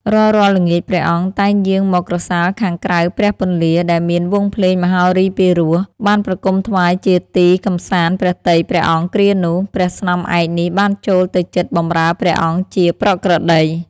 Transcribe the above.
រាល់ៗ ល្ងាច ព្រះអង្គតែងយាងមកក្រសាលខាងក្រៅព្រះពន្លា ដែលមានវង់ភ្លេងមហោរីពីរោះ បានប្រគំុថ្វាយជាទីកម្សាន្តព្រះទ័យព្រះអង្គគ្រានោះ ព្រះស្នំឯកនេះបានចូលទៅជិតបម្រើព្រះអង្គជាប្រក្រតី ។